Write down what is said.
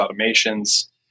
automations